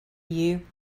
you